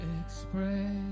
express